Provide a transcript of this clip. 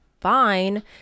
fine